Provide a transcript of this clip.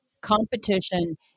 competition